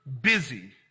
busy